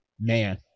man